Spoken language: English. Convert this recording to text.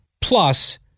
plus